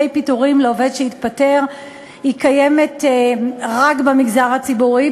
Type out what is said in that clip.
פיטורים לעובד שהתפטר קיימת רק במגזר הציבורי,